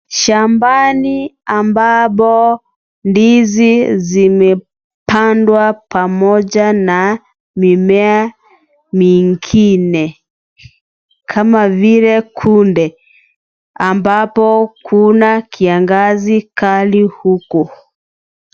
Shambani ambapo ndizi zimepandwa pamoja na mimea mingine kama vile kunde ambapo kuna kiangazi kali huku .